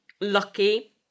lucky